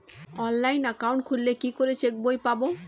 Online account খুললে কি করে চেক বই পাব?